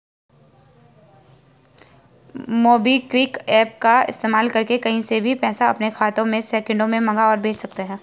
MobiKwik app का इस्तेमाल करके कहीं से भी पैसा अपने खाते में सेकंडों में मंगा और भेज सकते हैं